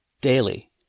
daily